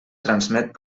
transmet